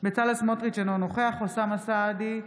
בצלאל סמוטריץ' אינו נוכח אוסאמה סעדי,